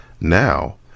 Now